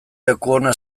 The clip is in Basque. lekuona